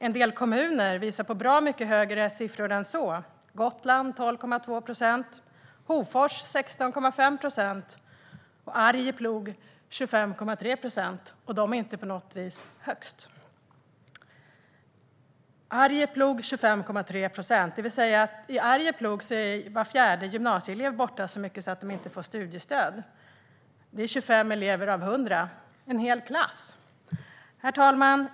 En del kommuner ligger ännu mycket högre: Gotland 12,2 procent, Hofors 16,5 procent, Arjeplog 25,3 procent - och de ligger inte på något sätt högst. Detta vill alltså säga att i Arjeplog är var fjärde gymnasieelever borta så mycket att de inte får studiestöd. Det är 25 elever av 100, en hel klass.